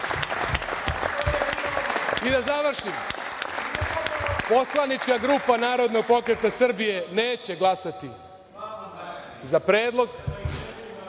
završim, poslanička grupa Narodnog pokreta Srbije neće glasati za predlog.